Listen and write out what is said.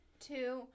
two